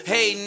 Hey